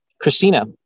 Christina